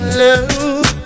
love